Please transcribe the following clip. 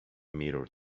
mirror